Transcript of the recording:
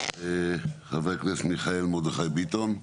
חבר הכנסת מיכאל מרדכי ביטון.